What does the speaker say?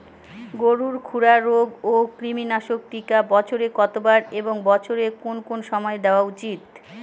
গরুর খুরা রোগ ও কৃমিনাশক টিকা বছরে কতবার এবং বছরের কোন কোন সময় দেওয়া উচিৎ?